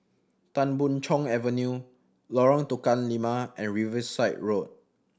Tan Boon Chong Avenue Lorong Tukang Lima and Riverside Road